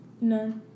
No